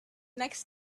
next